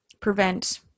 prevent